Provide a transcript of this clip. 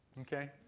okay